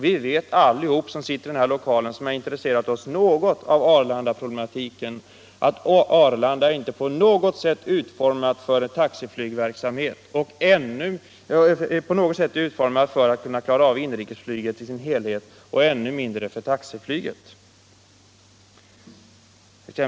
Vi vet alla som sitter här och som har något intresserat oss för Arlandaproblematiken att Arlandafältet inte på något sätt är utformat för att kunna klara inrikesflyget i dess helhet och ännu mindre taxiflyget.